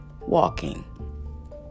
walking